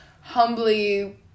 humbly